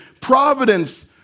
providence